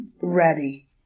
ready